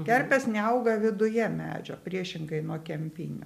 kerpės neauga viduje medžio priešingai nuo kempinių